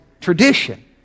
tradition